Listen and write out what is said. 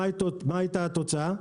מה הייתה התוצאה?